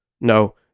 no